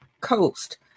coast